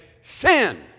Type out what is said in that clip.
sin